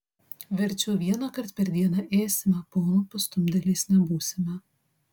verčiau vienąkart per dieną ėsime ponų pastumdėliais nebūsime